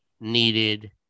needed